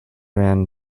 ran